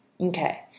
Okay